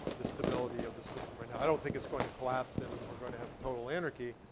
the stability of the system right now. i don't think it's going to collapse and we're going to have total anarchy,